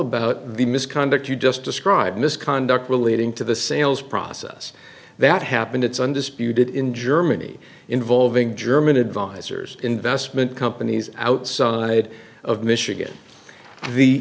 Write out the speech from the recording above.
about the misconduct you just described misconduct relating to the sales process that happened it's undisputed in germany involving german advisors investment companies outside of michigan